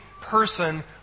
person